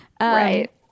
Right